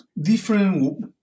different